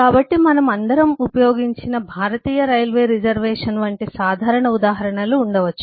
కాబట్టి మనమందరం ఉపయోగించిన భారతీయ రైల్వే రిజర్వేషన్ వంటి సాధారణ ఉదాహరణలు ఉండవచ్చు